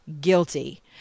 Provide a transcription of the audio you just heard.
guilty